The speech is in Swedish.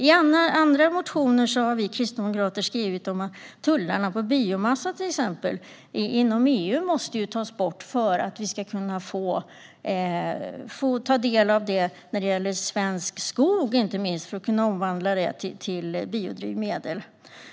I andra motioner har vi kristdemokrater skrivit om att tullarna på biomassa inom EU måste tas bort för att vi ska kunna omvandla inte minst svensk skog till biodrivmedel.